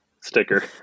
Sticker